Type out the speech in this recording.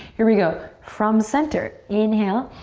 here we go. from center, inhale.